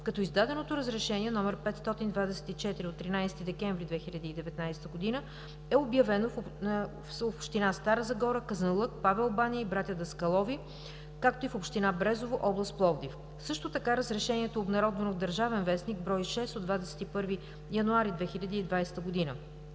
като издаденото Разрешение № 524 от 13 декември 2019 г. е обявено в община Стара Загора, Казанлък, Павел баня и Братя Даскалови, както и в община Брезово, област Пловдив. Също така Разрешението е обнародвано в „Държавен вестник“, брой 6 от 21 януари 2020 г.